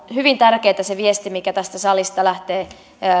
hyvin tärkeä on se viesti mikä tästä salista lähtee